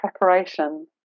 preparation